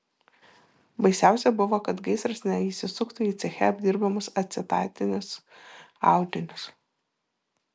baisiausia buvo kad gaisras neįsisuktų į ceche apdirbamus acetatinius audinius